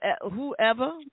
whoever